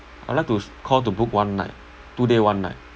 I would like to call to book one night two day one night